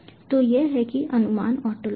तो यह है अनुमान ओंटोलॉजी